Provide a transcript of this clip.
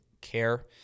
care